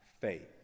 faith